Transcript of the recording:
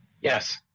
Yes